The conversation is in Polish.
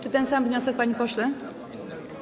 Czy ten sam wniosek, panie pośle?